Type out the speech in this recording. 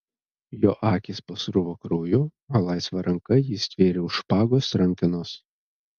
jo akys pasruvo krauju o laisva ranka jis stvėrė už špagos rankenos